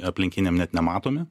aplinkiniam net nematomi